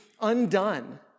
undone